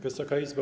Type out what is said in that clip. Wysoka Izbo!